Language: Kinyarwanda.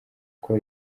uko